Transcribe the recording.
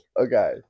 Okay